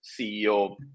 ceo